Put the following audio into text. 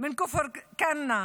מכפר כנא,